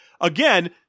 again